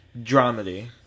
Dramedy